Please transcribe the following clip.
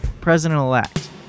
president-elect